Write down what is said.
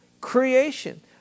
creation